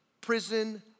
prison